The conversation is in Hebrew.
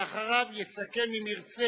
אחריו יסכם, אם ירצה,